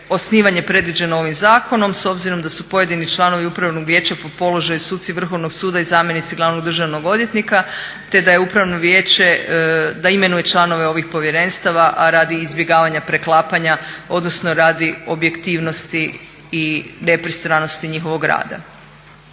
osnivanje predviđeno ovim zakonom s obzirom da su pojedini članovi upravnog vijeća po položaju suci Vrhovnog suda i zamjenici glavnog državnog odvjetnika te da upravno vijeće imenuje članove ovih povjerenstava a radi izbjegavanja preklapanja odnosno radi objektivnosti i nepristranosti njihovog rada.